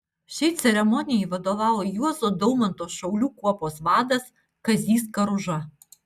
šiai ceremonijai vadovavo juozo daumanto šaulių kuopos vadas kazys karuža